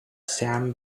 sam